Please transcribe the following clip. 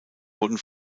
wurden